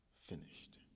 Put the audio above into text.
finished